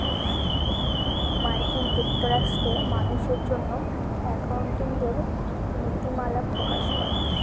মার্কিন যুক্তরাষ্ট্রে মানুষের জন্য একাউন্টিঙের নীতিমালা প্রকাশ করে